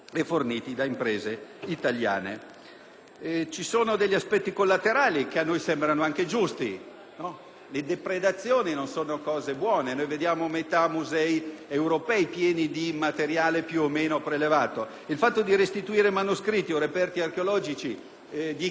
Le depredazioni non sono cose buone. Metà dei musei europei è piena di materiali più o meno prelevati; il restituire manoscritti o reperti archeologici dichiaratamente di proprietà dello Stato libico ci sembra quasi un gesto di dovuta generosità